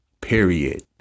period